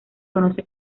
conoce